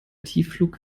tiefflug